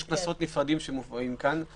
יש קנסות נפרדים שמופיעים כאן.